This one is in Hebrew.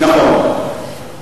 נכון.